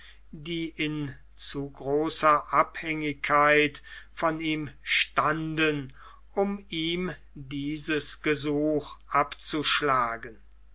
die in zu großer abhängigkeit von ihm standen um ihm dieses gesuch abzuschlagen